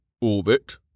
Orbit